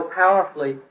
powerfully